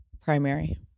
Primary